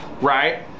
right